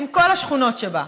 עם כל השכונות שבה.